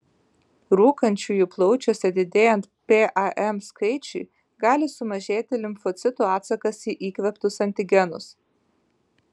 rūkančiųjų plaučiuose didėjant pam skaičiui gali sumažėti limfocitų atsakas į įkvėptus antigenus